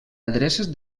adreces